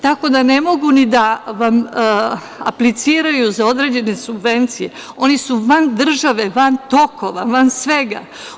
Tako da, oni ne mogu da vam apliciraju za određene subvencije, oni su van države, van tokova, van svega.